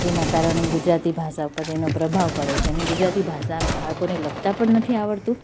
જેના કારણે ગુજરાતી ભાષા પર તેનો પ્રભાવ પડે છે અને ગુજરાતી ભાષા બાળકોને લખતાં પણ નથી આવડતું